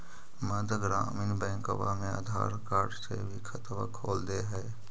मध्य ग्रामीण बैंकवा मे आधार कार्ड से भी खतवा खोल दे है?